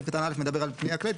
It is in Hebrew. סעיף קטן (א) מדבר על פנייה כללית,